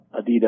Adidas